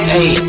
Hey